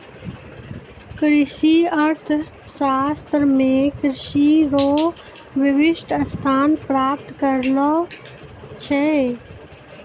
कृषि अर्थशास्त्र मे कृषि रो विशिष्ट स्थान प्राप्त करलो छै